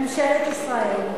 ממשלת ישראל,